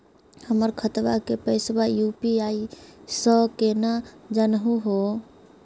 हमर खतवा के पैसवा यू.पी.आई स केना जानहु हो?